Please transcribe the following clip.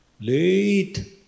late